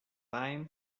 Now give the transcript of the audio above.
time